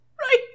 Right